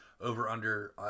over-under